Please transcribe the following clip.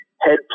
head